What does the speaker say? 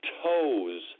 toes